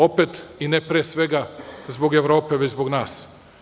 Opet i ne, pre svega, zbog Evrope već zbog nas.